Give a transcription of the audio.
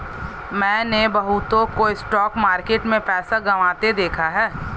मैंने बहुतों को स्टॉक मार्केट में पैसा गंवाते देखा हैं